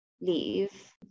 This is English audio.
leave